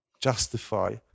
justify